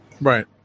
Right